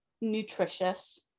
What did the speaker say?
nutritious